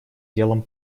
делом